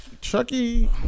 Chucky